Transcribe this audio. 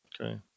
Okay